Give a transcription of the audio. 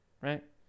Right